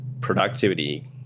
productivity